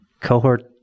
cohort